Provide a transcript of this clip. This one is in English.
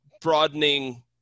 broadening